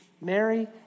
Mary